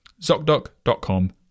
ZocDoc.com